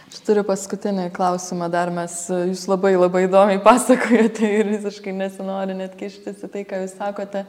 aš turiu paskutinį klausimą dar mes jūs labai labai įdomiai pasakojate ir visiškai nesinori net kištis į tai ką jūs sakote